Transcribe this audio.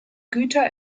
güter